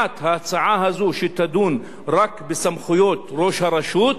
1. ההצעה הזאת, שתדון רק בסמכויות ראש הרשות,